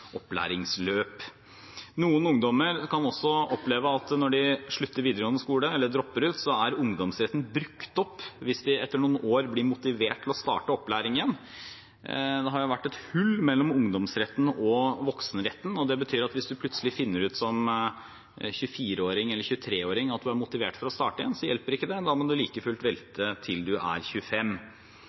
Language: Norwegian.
opplæringsløp. Noen ungdommer kan også oppleve at når de slutter på videregående skole eller dropper ut, er ungdomsretten brukt opp hvis de etter noen år blir motivert til å starte i opplæring igjen. Det har vært et hull mellom ungdomsretten og voksenretten. Det betyr at hvis man plutselig som 23- eller 24-åring finner ut at man er motivert for å starte igjen, hjelper ikke det. Da må man like fullt vente til man er 25